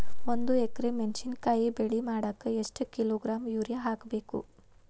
ಒಂದ್ ಎಕರೆ ಮೆಣಸಿನಕಾಯಿ ಬೆಳಿ ಮಾಡಾಕ ಎಷ್ಟ ಕಿಲೋಗ್ರಾಂ ಯೂರಿಯಾ ಹಾಕ್ಬೇಕು?